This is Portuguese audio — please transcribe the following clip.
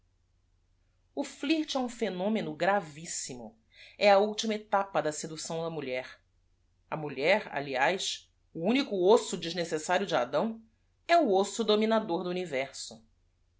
interna lirt é um phenomeno gravíssimo é a ultima etapa da seducção da ulher ulher aliás o único osso desnecessário de dão é o osso dominador do universo